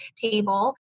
table